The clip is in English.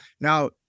Now